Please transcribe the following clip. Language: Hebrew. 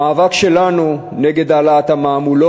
המאבק שלנו נגד העלאת המע"מ הוא לא